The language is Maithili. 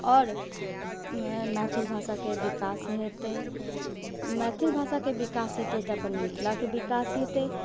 आओर मैथिल भाषाके विकास हेतै मैथिल भाषाके विकास हेतै तऽ अपन मिथिलाके विकास हेतै